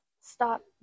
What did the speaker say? Stop